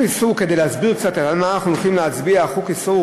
כדי להסביר קצת על מה אנחנו הולכים להצביע: חוק איסור